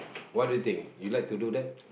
what do you think you like to do that